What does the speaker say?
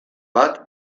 bat